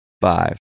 Five